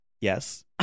yes